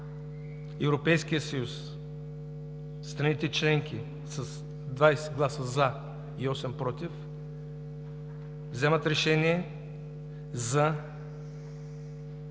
Европейският съюз, страните членки с 20 гласа „за“ и 8 „против“ вземат решение за